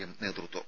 M നേതൃത്വം